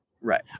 right